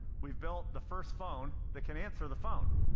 we've built the first phone that can answer the phone.